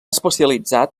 especialitzat